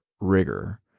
rigor